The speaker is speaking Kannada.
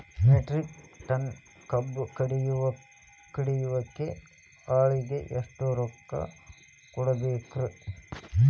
ಮೆಟ್ರಿಕ್ ಟನ್ ಕಬ್ಬು ಕಡಿಯಾಕ ಆಳಿಗೆ ಎಷ್ಟ ರೊಕ್ಕ ಕೊಡಬೇಕ್ರೇ?